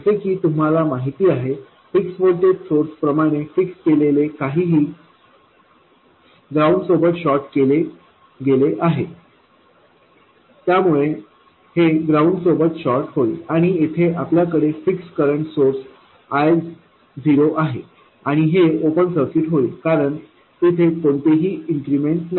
जसे की तुम्हाला माहित आहे फिक्स व्होल्टेज सोर्स प्रमाणे फिक्स केलेले काहीही ग्राउंडसोबत शॉर्ट केले गेले आहे त्यामुळे हे ग्राउंड सोबत शॉर्ट होईल आणि येथे आपल्याकडे फिक्स करंट सोर्स I0 आहे आणि हे ओपन सर्किट होईल कारण तेथे कोणतेही इन्क्रिमेंट नाही